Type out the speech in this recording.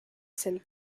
scène